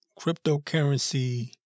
Cryptocurrency